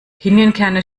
pinienkerne